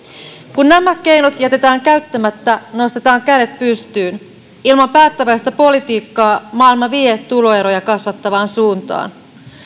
kun nämä keinot jätetään käyttämättä nostetaan kädet pystyyn ilman päättäväistä politiikkaa maailma vie tuloeroja kasvattavaan suuntaan